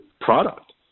product